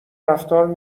رفتار